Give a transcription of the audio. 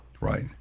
Right